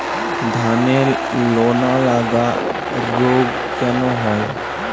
ধানের লোনা লাগা রোগ কেন হয়?